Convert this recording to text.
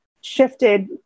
shifted